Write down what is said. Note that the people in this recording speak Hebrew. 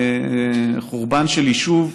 חורבן של יישוב,